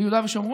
ביהודה ושומרון?